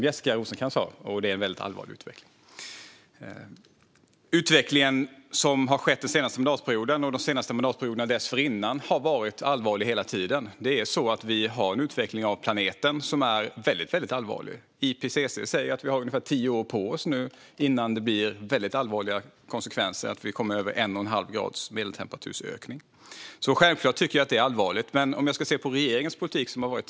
Den utveckling som har skett den senaste mandatperioden och mandatperioderna dessförinnan har varit allvarlig hela tiden. Vi har en utveckling av planeten som är väldigt allvarlig. IPCC säger att vi nu har ungefär tio år på oss innan det blir allvarliga konsekvenser och vi får över en och en halv graders ökning av medeltemperaturen. Självfallet tycker jag att detta är allvarligt.